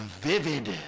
vivid